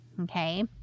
okay